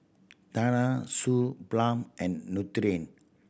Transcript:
Tena Suu Balm and Nutren